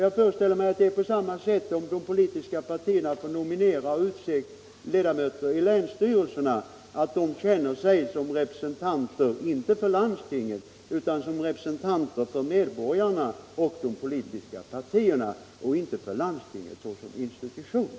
Och det är väl på samma sätt när de politiska partierna får nominera och utse ledamöter i länsstyrelserna att dessa känner sig som representanter för medborgarna och inte för landstinget som institution.